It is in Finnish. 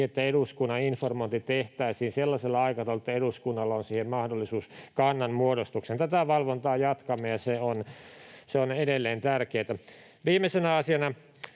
että eduskunnan informointi tehtäisiin sellaisella aikataululla, että eduskunnalla on mahdollisuus kannanmuodostukseen. Tätä valvontaa jatkamme, ja se on edelleen tärkeätä. Viimeisenä asiana: